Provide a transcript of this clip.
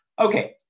Okay